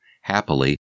Happily